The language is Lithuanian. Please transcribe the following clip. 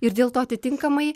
ir dėl to atitinkamai